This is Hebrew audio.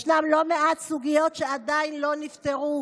יש לא מעט סוגיות שעדיין לא נפתרו,